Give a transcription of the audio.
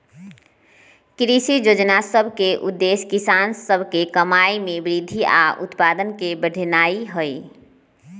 कृषि जोजना सभ के उद्देश्य किसान सभ के कमाइ में वृद्धि आऽ उत्पादन के बढ़ेनाइ हइ